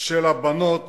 של הבנות